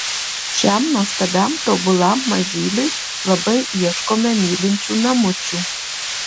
šiam nuostabiam tobulam mažyliui labai ieškome mylinčių namučių